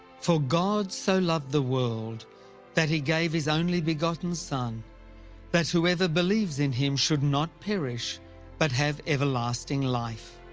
for god so loved the world that he gave his only begotten son that whoever believes in him should not perish but have everlasting life.